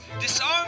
Disarm